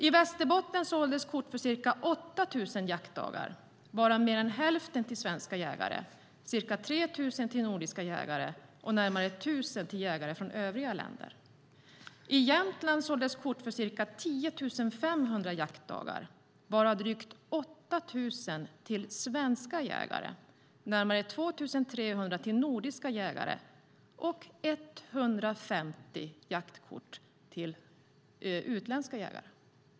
I Västerbotten såldes kort för ca 8 000 jaktdagar, varav mer än hälften till svenska jägare, ca 3 000 till nordiska jägare och närmare 1 000 till jägare från övriga länder. I Jämtland såldes kort för ca 10 500 jaktdagar, varav drygt 8 000 till svenska jägare, närmare 2 300 till nordiska jägare och 150 till utländska jägare.